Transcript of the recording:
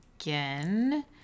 again